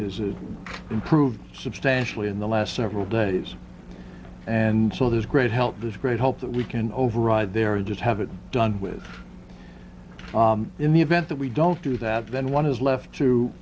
choices is improved substantially in the last several days and so there's great help this great hope that we can override their does have it done with in the event that we don't do that then one is left to